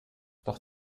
doch